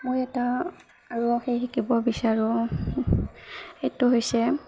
মই এটা আৰু সেই শিকিব বিচাৰোঁ সেইটো হৈছে